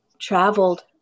traveled